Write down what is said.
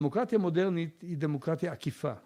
דמוקרטיה מודרנית היא דמוקרטיה עקיפה